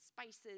spices